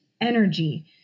energy